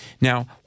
Now